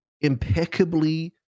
impeccably